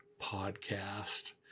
podcast